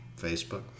Facebook